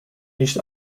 nicht